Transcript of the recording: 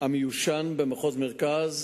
המיושן במחוז המרכז,